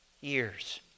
years